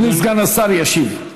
אדוני סגן השר ישיב.